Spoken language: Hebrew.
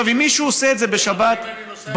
אם מישהו עושה את זה בשבת במרכול,